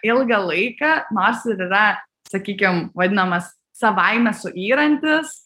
ilgą laiką nors ir yra sakykim vadinamas savaime suyrantis